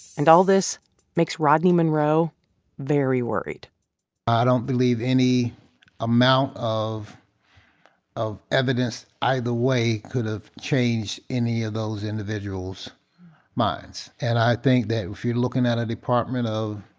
and all this makes rodney monroe very worried i don't believe any amount of of evidence either way could have changed any of those individuals' minds. and i think that if you're looking at a department of,